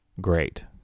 great